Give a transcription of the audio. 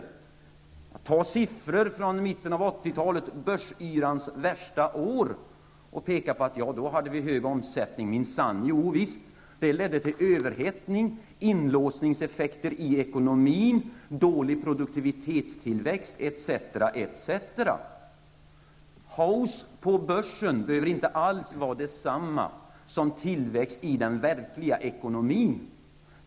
Vi kan ta siffror från mitten av 1980-talet, börsyrans värsta år, och peka på att vi då minsann hade hög omsättning. Jo visst, det ledde till överhettning, inlåsningseffekter i ekonomin, dålig produktivitetstillväxt, etc, etc. Hausse på börsen behöver inte alls vara detsamma som tillväxt i den verkliga ekonomin.